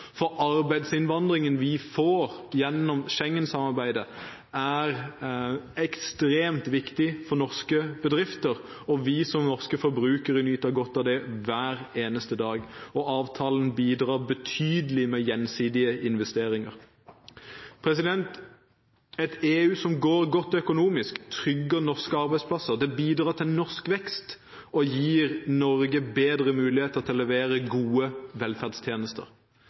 Arbeidsinnvandringen vi får gjennom Schengen-samarbeidet, er ekstremt viktig for norske bedrifter, og vi som norske forbrukere nyter godt av det hver eneste dag. Avtalen bidrar betydelig med gjensidige investeringer. Et EU som går godt økonomisk, trygger norske arbeidsplasser. Det bidrar til norsk vekst og gir Norge bedre muligheter til å levere gode velferdstjenester.